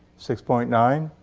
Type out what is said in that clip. six point nine.